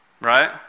Right